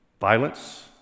Violence